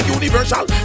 universal